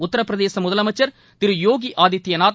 உத்தரபிரதேச முதலமைச்சர் திரு யோகி ஆதித்யநாத்